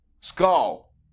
Skull